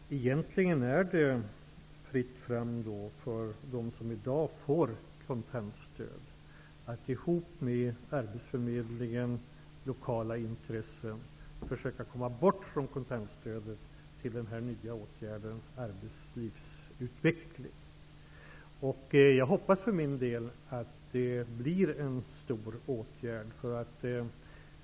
Fru talman! Egentligen är det fritt fram för dem som i dag får kontantstöd att tillsammans med arbetsförmedlingen och lokala intressen försöka komma bort från kontantstödet och över till den nya åtgärden arbetslivsutveckling. Jag hoppas att det blir en stor åtgärd.